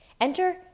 Enter